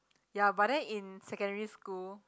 ya but then in secondary school